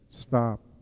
stop